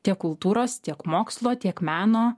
tiek kultūros tiek mokslo tiek meno